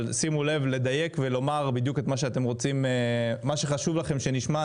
אבל שימו לב לדייק ולומר בדיוק את מה שחשוב לכם שנשמע,